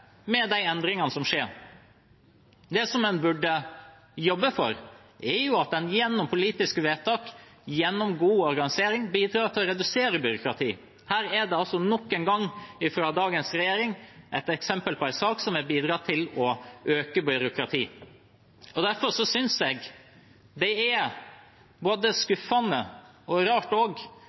med de endringene som skjer. Det en burde jobbe for, er at en gjennom politiske vedtak og god organisering bidrar til å redusere byråkrati. Her er det altså nok en gang fra dagens regjering et eksempel på en sak som har bidratt til å øke byråkratiet. Derfor synes jeg det er både skuffende og rart